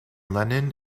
lenin